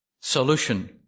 solution